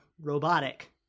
robotic